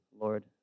Lord